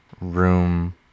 room